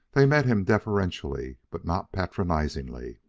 they met him deferentially, but not patronizingly.